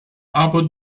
aber